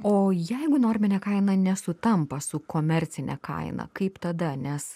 o jeigu norminė kaina nesutampa su komercine kaina kaip tada nes